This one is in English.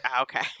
Okay